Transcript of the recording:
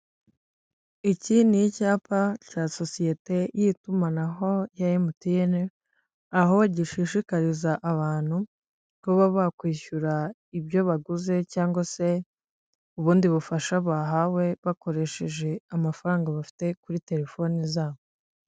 Iki ni icyapa cya sosiyete y'itumanaho ya emutiyene, aho gishishikariza abantu kuba bakwishyura ibyo baguze cyangwa se ubundi bufasha bahawe, bakoresheje amafaranga bafite kuri telefone zabo.